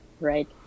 Right